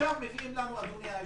ועכשיו מביאים לנו, אדוני היושב-ראש,